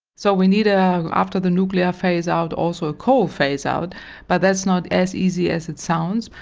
so we need, ah after the nuclear phase-out also a coal phase-out, but that's not as easy as it sounds.